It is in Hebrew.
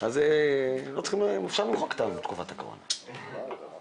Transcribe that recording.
אז אפשר למחוק את תקופת הקורונה לצערנו.